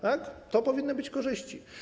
Tak, to powinny być korzyści.